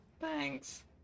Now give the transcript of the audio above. Thanks